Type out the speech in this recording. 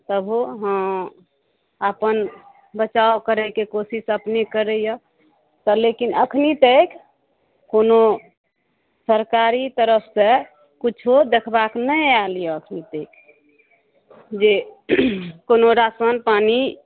सभो हँ अपन बचाउ अपन करैके कोशिश अपने करैए तऽ लेकिन अखनी ताकि कोनो सरकारी तरफसँ किछु देखबाक नहि आएल यऽ जे कोनो राशन पानि